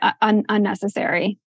unnecessary